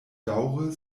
daŭre